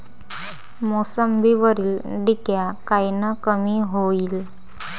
मोसंबीवरील डिक्या कायनं कमी होईल?